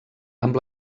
amb